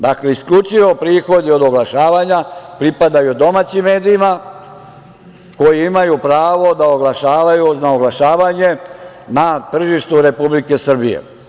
Dakle, isključivo prihodi od oglašavanja pripadaju domaćim medijima, koji imaju pravo da oglašavaju, na oglašavanje na tržištu Republike Srbije.